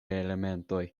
elementoj